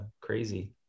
crazy